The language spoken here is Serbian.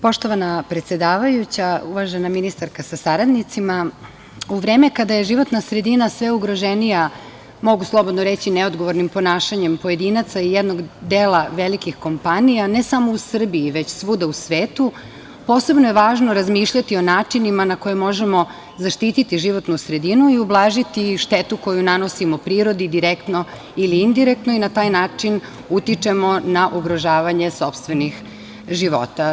Poštovana predsedavajuća, uvažena ministarka sa saradnicima, u vreme kada je životna sredina sve ugroženija, mogu slobodno reći, neodgovornim ponašanjem pojedinaca i jednog dela velikih kompanija, ne samo u Srbiji, već svuda u svetu, posebno je važno razmišljati o načinima na koje možemo zaštititi životnu sredinu i ublažiti štetu koju nanosimo prirodi direktno ili indirektno i na taj način utičemo na ugrožavanje sopstvenih života.